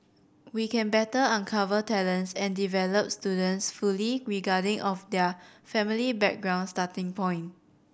we can better uncover talents and develop students fully regarding of their family background starting point